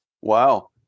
Wow